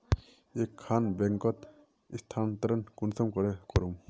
एक खान बैंकोत स्थानंतरण कुंसम करे करूम?